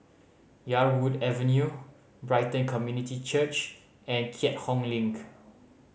Yarwood Avenue Brighton Community Church and Keat Hong Link